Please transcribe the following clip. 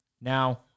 Now